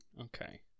Okay